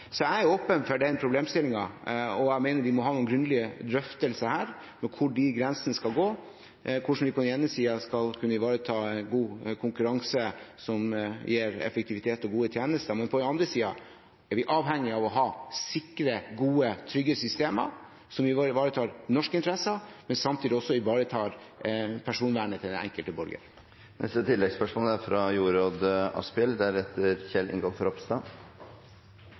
Så jeg er åpen for den problemstillingen, og jeg mener vi må ha noen grundige drøftelser her om hvor de grensene skal gå, hvordan vi på den ene siden skal kunne ivareta god konkurranse som gir effektivitet og gode tjenester. Men på den andre siden er vi avhengige av å ha sikre, gode, trygge systemer som ivaretar norske interesser, men samtidig også ivaretar personvernet til den enkelte borger.